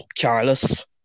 Carlos